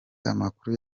amakuru